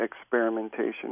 experimentation